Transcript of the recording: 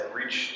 reach